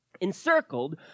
encircled